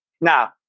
Now